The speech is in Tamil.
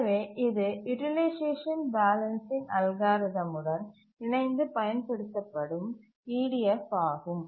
எனவே இது யூட்டிலைசேஷன் பேலன்ஸிங் அல்காரிதம் உடன் இணைந்து பயன் படுத்தப்படும் ஈடிஎஃப் ஆகும்